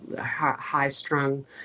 high-strung